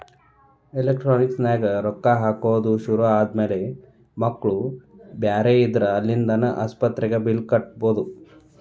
electronic ನ್ಯಾಗ ರೊಕ್ಕಾ ಹಾಕೊದ್ ಶುರು ಆದ್ಮ್ಯಾಲೆ ಮಕ್ಳು ಬ್ಯಾರೆ ಇದ್ರ ಅಲ್ಲಿಂದಾನ ಆಸ್ಪತ್ರಿ ಬಿಲ್ಲ್ ಕಟ ಬಿಡ್ಬೊದ್